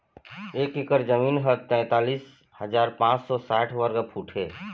एक एकर जमीन ह तैंतालिस हजार पांच सौ साठ वर्ग फुट हे